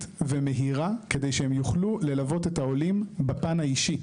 ומהירה כדי שהם יוכלו ללוות את העולים בפן האישי.